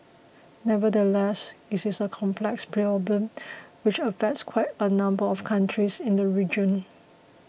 nevertheless it is a complex problem which affects quite a number of countries in the region